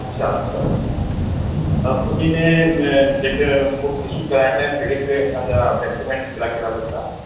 अछा अछा अछा त उन्ही में जेके बुक्स इशू कराईंदा कहिड़े असांजा डोक्यूमेंट्स कहिड़ा कहिड़ा लॻंदा